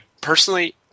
personally